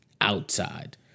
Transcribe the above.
outside